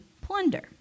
plunder